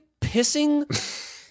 pissing